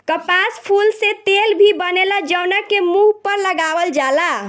कपास फूल से तेल भी बनेला जवना के मुंह पर लगावल जाला